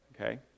Okay